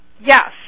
Yes